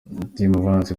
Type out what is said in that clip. ndimubanzi